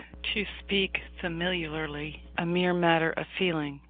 to speak familiarly, a mere matter of feeling.